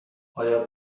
آیا